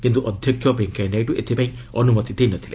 କିନ୍ତୁ ଅଧ୍ୟକ୍ଷ ଭେଙ୍କିୟା ନାଇଡୁ ଏଥିପାଇଁ ଅନୁମତି ଦେଇ ନ ଥିଲେ